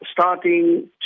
starting